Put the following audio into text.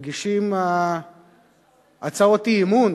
מגישות הצעות אי-אמון